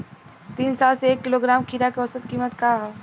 तीन साल से एक किलोग्राम खीरा के औसत किमत का ह?